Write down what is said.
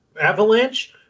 avalanche